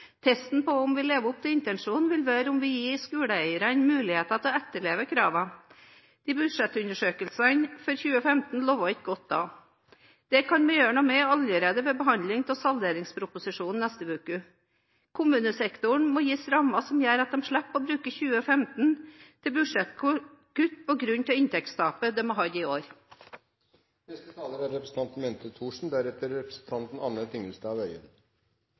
Testen på om vi lever opp til intensjonene, vil være om vi gir skoleeierne muligheter til å etterleve kravene. De budsjettundersøkelsene som er gjort for 2015, lover ikke godt da. Det kan vi gjøre noe med allerede ved behandlingen av salderingsproposisjonen neste uke. Kommunesektoren må gis rammer som gjør at de slipper å bruke 2015 til budsjettkutt på grunn av inntektstapet de har hatt i